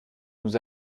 nous